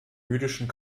jüdischen